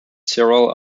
several